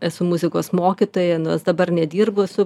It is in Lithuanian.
esu muzikos mokytoja nors dabar nedirbu su